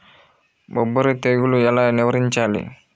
బొబ్బర తెగులు ఎలా నివారించాలి?